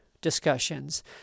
discussions